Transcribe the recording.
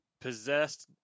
Possessed